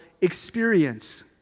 experience